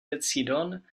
decidon